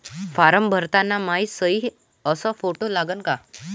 Form भरताना मायी सयी अस फोटो लागन का?